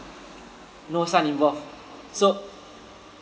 no son involved so